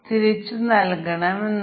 0 അതുപോലെ